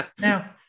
Now